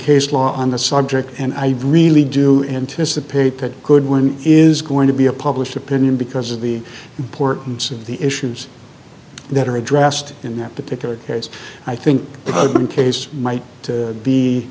case law on the subject and i really do anticipate that goodwin is going to be a published opinion because of the importance of the issues that are addressed in that particular case i think the case might be